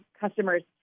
customers